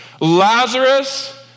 Lazarus